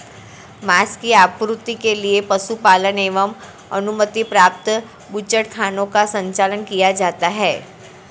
माँस की आपूर्ति के लिए पशुपालन एवं अनुमति प्राप्त बूचड़खानों का संचालन किया जाता है